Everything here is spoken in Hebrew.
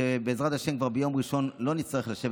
שבעזרת השם כבר ביום ראשון לא נצטרך לשבת